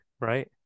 right